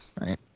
Right